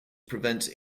prevents